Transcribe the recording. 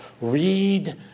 read